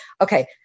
okay